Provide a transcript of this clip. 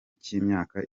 cy’imyaka